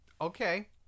Okay